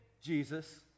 Jesus